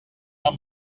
amb